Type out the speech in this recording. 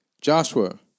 Joshua